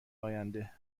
آینده